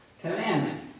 Commandment